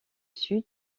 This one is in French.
sud